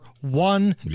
one